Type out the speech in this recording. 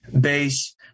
base